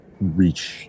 reach